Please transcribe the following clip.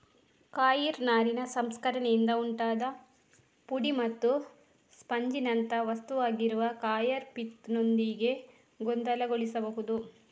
coir ನಾರಿನ ಸಂಸ್ಕರಣೆಯಿಂದ ಉಂಟಾಗುವ ಪುಡಿ ಮತ್ತು ಸ್ಪಂಜಿನಂಥ ವಸ್ತುವಾಗಿರುವ ಕಾಯರ್ ಪಿತ್ ನೊಂದಿಗೆ ಗೊಂದಲಗೊಳಿಸಬಾರದು